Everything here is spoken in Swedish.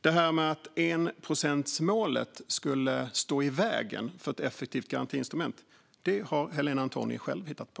Detta med att enprocentsmålet skulle stå i vägen för ett effektivt garantiinstrument har Helena Antoni själv hittat på.